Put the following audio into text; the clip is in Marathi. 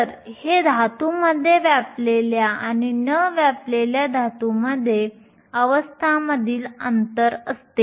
तर हे धातूमध्ये व्यापलेल्या आणि न व्यापलेल्या अवस्थांमधील अंतर असते